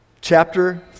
chapter